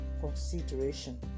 consideration